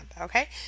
okay